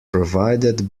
provided